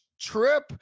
trip